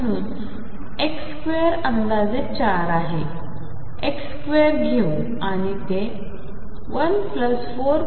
आणि म्हणून ⟨x⟩2 अंदाजे 4 आहे ⟨x2⟩